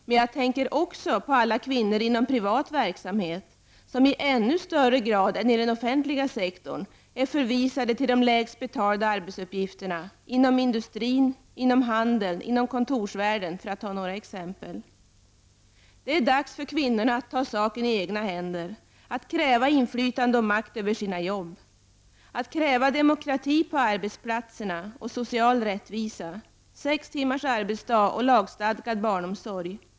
Men jag tänker också på alla kvinnor inom privat verksamhet, vilka i ännu högre grad än i den offentliga sektorn är förvisade till de lägst betalda arbetsuppgifterna -- inom industrin, inom handeln och inom kontorsvärlden, för att ta några exempel. Det är dags för kvinnorna att ta saken i egna händer -- att kräva inflytande och makt över sina jobb, att kräva demokrati på arbetsplatserna, att kräva social rättvisa och att kräva sex timmars arbetsdag och lagstadgad barnomsorg.